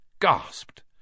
gasped